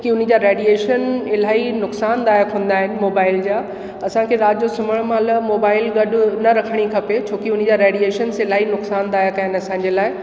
कि उन्हीअ जा रैडिएशन इलाही नुक़सानदायक हूंदा आहिनि मोबाइल जा असांखे राति जो सुम्हण महिल मोबाइल गॾु न रखणी खपे छोकि उन्हीअ जा रैडिएशन्स इलाही नुक़सानदायक आहिनि असांजे लाइ